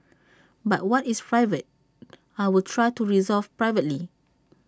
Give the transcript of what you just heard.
but what is private I will try to resolve privately